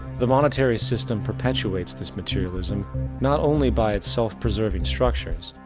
the monetary system perpetuates this materialism not only by it's self-preserving structures,